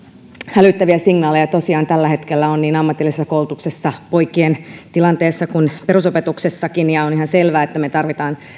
hälyttäviä signaaleja tosiaan tällä hetkellä on niin ammatillisessa koulutuksessa poikien tilanteessa kuin perusopetuksessakin ja on ihan selvää että me tarvitsemme